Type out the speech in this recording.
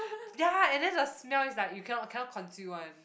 ya and then the smell is like you cannot cannot consume one